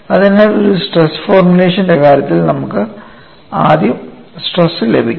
അതിനാൽ ഒരു സ്ട്രെസ് ഫോർമുലേഷന്റെ കാര്യത്തിൽ നമുക്ക് ആദ്യം സ്ട്രെസ് ലഭിക്കുന്നു